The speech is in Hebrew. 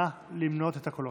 נא למנות את הקולות.